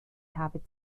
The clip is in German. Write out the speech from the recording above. habe